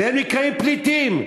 והם נקראים פליטים.